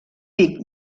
pic